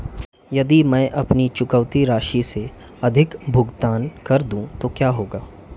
यदि मैं अपनी चुकौती राशि से अधिक भुगतान कर दूं तो क्या होगा?